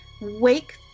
wake